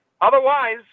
Otherwise